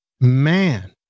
man